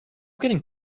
getting